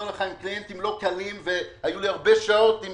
הקליינטים לא קלים והיו לי הרבה שעות עם